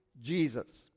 Jesus